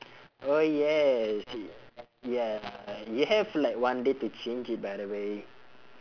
oh yes ya you have like one day to change it by the way